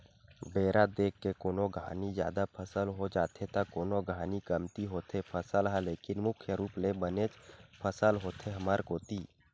बेरा देख के कोनो घानी जादा फसल हो जाथे त कोनो घानी कमती होथे फसल ह लेकिन मुख्य रुप ले बनेच फसल होथे हमर कोती